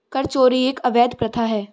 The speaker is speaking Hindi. कर चोरी एक अवैध प्रथा है